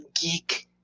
geek